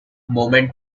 movements